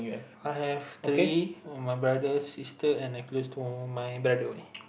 I have three my brother sister and a for my brother only